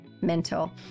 mental